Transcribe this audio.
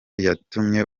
yatumye